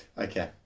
Okay